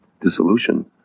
dissolution